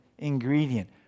ingredient